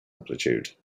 amplitude